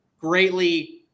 greatly